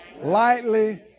Lightly